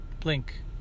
Blink